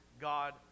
God